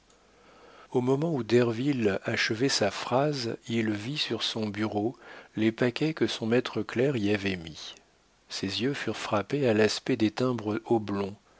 au moment où derville achevait sa phrase il vit sur son bureau les paquets que son maître clerc y avait mis ses yeux furent frappés à l'aspect des timbres oblongs